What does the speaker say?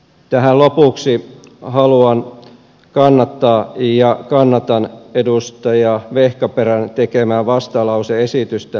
tähän lopuksi haluan kannattaa ja kannatan edustaja vehkaperän tekemää vastalause esitystä lausumineen